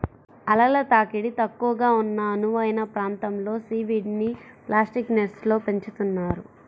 అలల తాకిడి తక్కువగా ఉన్న అనువైన ప్రాంతంలో సీవీడ్ని ప్లాస్టిక్ నెట్స్లో పెంచుతున్నారు